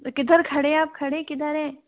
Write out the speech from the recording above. किधर खड़े हैं आप खड़े किधर हैं